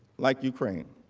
like ukraine.